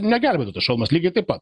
negelbėtų šalmas lygiai taip pat